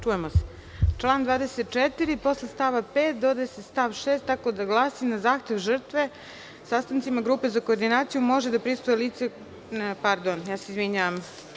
Član 24. posle stava 5. dodaje stav 6. tako da glasi – na zahtev žrtve sastancima Grupe za koordinaciju može da prisustvuje lice, pardon, ja se izvinjavam.